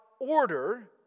order